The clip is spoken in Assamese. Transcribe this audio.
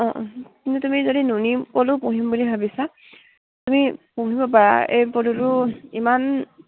অঁ অঁ কিন্তু তুমি যদি নুনী পলু পুহিম বুলি ভাবিছা তুমি পুহিব পাৰা এড়ী পলুটো ইমান